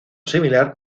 similar